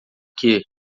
que